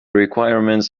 requirements